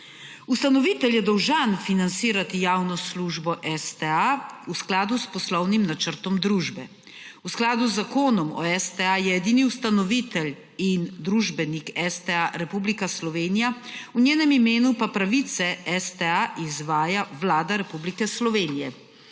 Ustanovitelj je dolžan financirati javno službo STA v skladu s poslovnim načrtom družbe. V skladu z zakonom o STA je edini ustanovitelj in družbenik STA Republika Slovenija, v njenem imenu pa pravice STA izvaja Vlada Republike Slovenije.